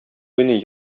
уйный